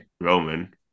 Roman